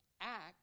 act